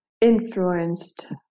influenced